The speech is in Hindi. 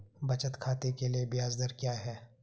बचत खाते के लिए ब्याज दर क्या है?